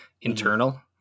internal